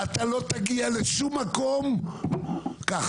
אתה לא תגיעו לשום מקום ככה.